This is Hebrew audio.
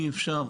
אי אפשר,